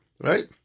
right